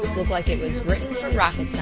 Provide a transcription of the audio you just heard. look like it was written for rocket